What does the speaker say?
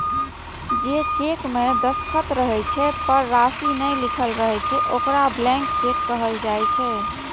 जे चेक मे दस्तखत रहै छै, पर राशि नै लिखल रहै छै, ओकरा ब्लैंक चेक कहल जाइ छै